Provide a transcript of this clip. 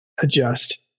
adjust